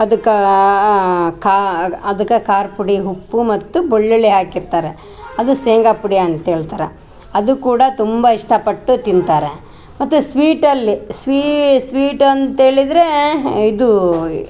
ಅದಕ್ಕೆ ಖಾ ಅಗ್ ಅದಕ್ಕ ಖಾರ ಪುಡಿ ಉಪ್ಪು ಮತ್ತು ಬೆಳ್ಳುಳ್ಳಿ ಹಾಕಿರ್ತಾರೆ ಅದು ಶೇಂಗಾ ಪುಡಿ ಅಂತ್ಹೇಳ್ತಾರೆ ಅದು ಕೂಡ ತುಂಬ ಇಷ್ಟ ಪಟ್ಟು ತಿಂತಾರೆ ಮತ್ತು ಸ್ವೀಟ್ ಅಲ್ಲಿ ಸ್ವೀಟ್ ಅಂತ್ಹೇಳಿದ್ರೆ ಇದು